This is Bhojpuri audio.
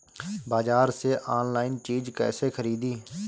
बाजार से आनलाइन चीज कैसे खरीदी?